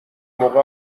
موقع